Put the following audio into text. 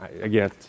Again